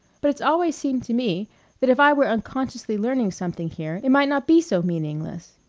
but it's always seemed to me that if i were unconsciously learning something here it might not be so meaningless.